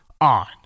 On